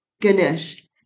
Ganesh